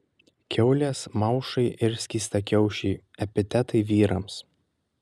kiaulės maušai ir skystakiaušiai epitetai vyrams